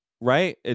Right